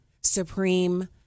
supreme